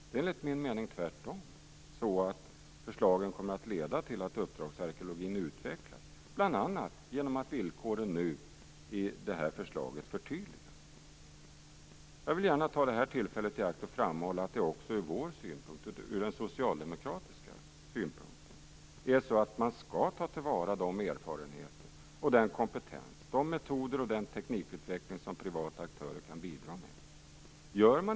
Det är, enligt min mening, tvärtom så att förslagen kommer att leda till att uppdragsarkeologin utvecklas, bl.a. genom att villkoren i det här förslaget nu förtydligas. Jag vill gärna ta det här tillfället i akt att framhålla att också vi socialdemokrater anser att man skall ta till vara de erfarenheter och den kompetens, de metoder och den teknikutveckling som privata aktörer kan bidra med.